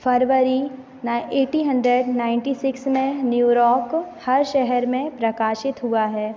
February nine eighty hundred ninety six में New York हर शहर में प्रकाशित हुआ है